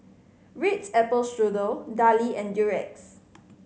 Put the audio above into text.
Ritz Apple Strudel Darlie and Durex